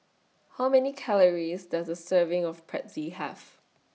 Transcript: How Many Calories Does A Serving of Pretzel Have